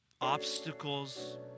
obstacles